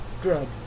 drug